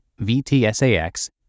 VTSAX